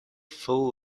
full